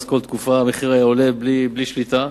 אז כל תקופה המחיר היה עולה בלי שליטה.